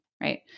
right